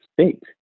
state